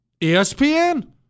ESPN